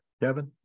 Kevin